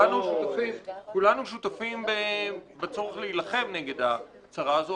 כולנו שותפים בצורך להילחם נגד הצרה הזו,